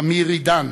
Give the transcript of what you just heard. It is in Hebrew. תמיר עידן,